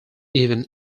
even